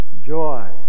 joy